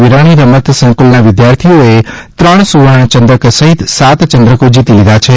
વિરાણી રમત સંકુલના વિદ્યાર્થીઓએ સુવર્ણચંદ્રક સહીત સાત ચંદ્રકો જીતી લીધા છે